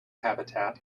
habitat